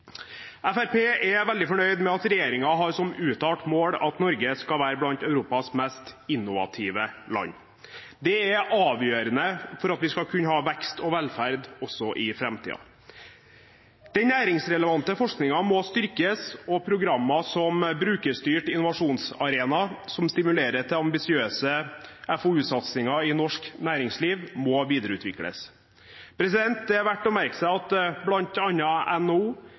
Fremskrittspartiet er veldig fornøyd med at regjeringen har som uttalt mål at Norge skal være blant Europas mest innovative land. Det er avgjørende for at vi skal kunne ha vekst og velferd også i framtiden. Den næringsrelevante forskningen må styrkes, og programmer som Brukerstyrt innovasjonsarena, som stimulerer til ambisiøse FoU-satsinger i norsk næringsliv, må videreutvikles. Det er verdt å merke seg at bl.a. NHO